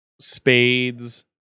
spades